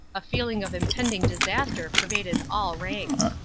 a feeling of impending disaster pervaded all ranks